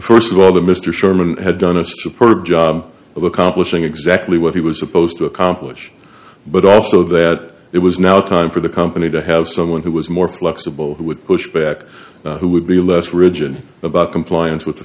said st of all the mr sherman had done a superb job of accomplishing exactly what he was supposed to accomplish but also that it was now time for the company to have someone who was more flexible who would push back who would be less rigid about compliance with the